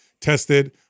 tested